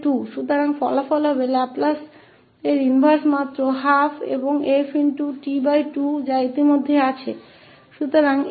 तो परिणाम होगा इसका लाप्लास प्रतिलोम केवल 12 होगाऔर f जो पहले से ही है